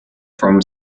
from